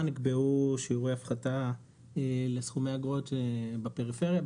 נקבעו שיעורי הפחתה לסכומי אגרות בפריפריה,